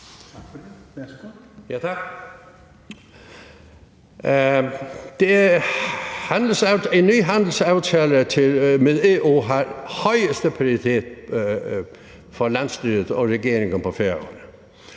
En ny handelsaftale med EU har højeste prioritet for landsstyret og regeringen på